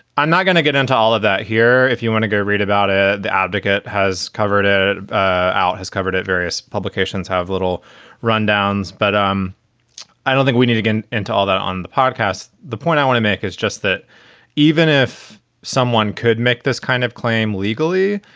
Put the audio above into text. i'm not gonna get into all of that here if you want to go read about it. ah the advocate has covered a ah out, has covered it. various publications have little rundowns, but i don't think we need to get into all that on the podcast. the point i want to make is just that even if someone could make this kind of claim legally,